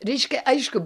reiškia aišku